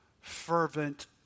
fervent